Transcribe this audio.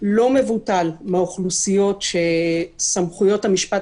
לא מבוטל מהאוכלוסיות שסמכויות המשפט